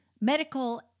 medical